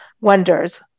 wonders